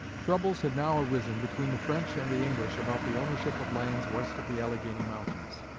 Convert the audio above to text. troubles had now arisen between the french and the english about the ownership of lands west of the alleghany mountains.